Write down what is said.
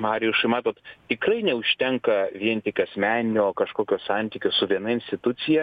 mariušui matot tikrai neužtenka vien tik asmeninio kažkokio santykio su viena institucija